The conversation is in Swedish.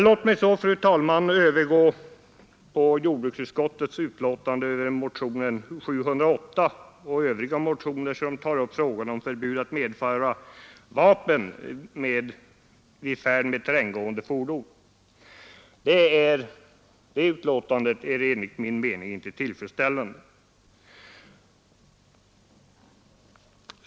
Låt mig så, fru talman, övergå till jordbruksutskottets betänkande över motionen 1708 och övriga motioner som tar upp frågan om förbud att medföra vapen vid färd med terränggående fordon. Det betänkandet är enligt min mening inte tillfredsställande.